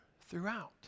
throughout